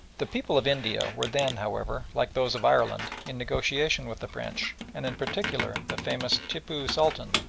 the people of india were then, however, like those of ireland, in negotiation with the french, and in particular the famous tippoo sultan,